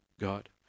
God